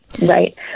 Right